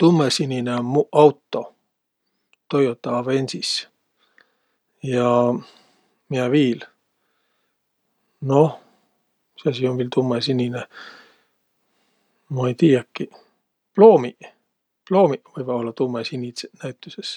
Tummõsinine um muq auto, Toyota Avensis. Ja miä viil? Noh, misasi um viil tummõsinine? Ma ei tiiäkiq. Ploomiq, ploomiq võivaq ollaq tummõsinidseq näütüses.